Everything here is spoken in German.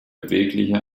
bewegliche